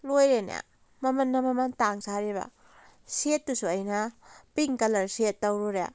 ꯂꯣꯏꯔꯦꯅꯦ ꯃꯃꯜꯅ ꯃꯃꯜ ꯇꯥꯡ ꯁꯥꯔꯤꯕ ꯁꯦꯠꯇꯨꯁꯨ ꯑꯩꯅ ꯄꯤꯡ ꯀꯂꯔ ꯁꯦꯠ ꯇꯧꯔꯨꯔꯦ